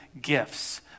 gifts